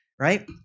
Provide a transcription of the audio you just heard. right